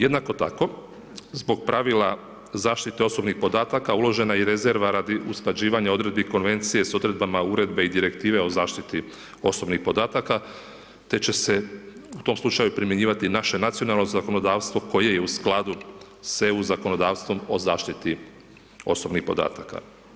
Jednako tako, zbog pravila zaštite osobnih podataka uložena je i rezerva radi usklađivanja odredbi konvencije s odredbama uredbe i Direktive o zaštiti osobnih podataka te će u tom slučaju primjenjivati naše nacionalno zakonodavstvo koje je u skladu s EU zakonodavstvom o zaštiti osobnih podataka.